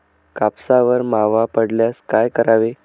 कापसावर मावा पडल्यास काय करावे?